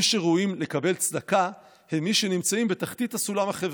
מי שראויים לקבל צדקה זה מי שנמצאים בתחתית הסולם החברתי,